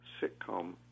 sitcom